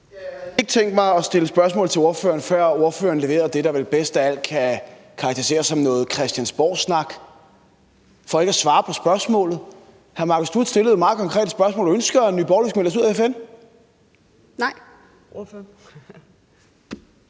Jeg havde ikke tænkt mig at stille spørgsmål til ordføreren, før ordføreren leverede det, der vel bedst af alt kan karakteriseres som noget Christiansborgsnak, for ikke at svare på spørgsmålet. Hr. Marcus Knuth stillede det meget konkrete spørgsmål: Ønsker Nye Borgerlige, at vi skal melde os ud af FN? Kl.